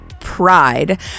Pride